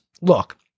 look